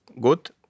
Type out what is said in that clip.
good